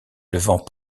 levant